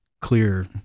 clear